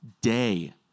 day